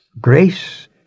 Grace